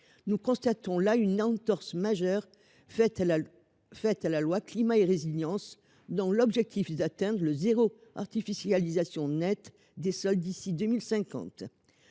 C’est là une entorse majeure à la loi Climat et Résilience, dont l’objectif est d’atteindre le zéro artificialisation nette des sols d’ici à 2050.